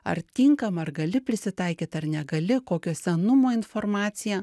ar tinkama ar gali prisitaikyt ar negali kokio senumo informacija